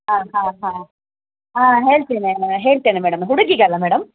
ಹಾಂ ಹಾಂ ಹಾಂ ಹಾಂ ಹೇಳ್ತೇನೆ ಹೇಳ್ತೇನೆ ಮೇಡಮ್ ಹುಡುಗಿಗೆ ಅಲ್ಲ ಮೇಡಮ್